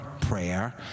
prayer